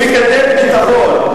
הוא מקדם ביטחון.